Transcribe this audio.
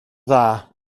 dda